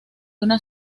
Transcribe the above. una